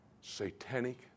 Satanic